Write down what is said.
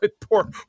poor